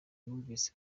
wumvise